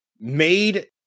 made